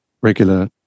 regular